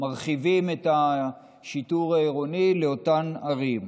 מרחיבים את השיטור העירוני לאותן ערים.